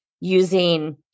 using